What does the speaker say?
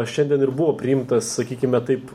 šiandien ir buvo priimtas sakykime taip